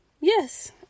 yes